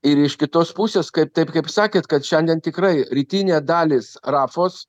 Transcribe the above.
ir iš kitos pusės kaip taip kaip sakėt kad šiandien tikrai rytinė dalys rafos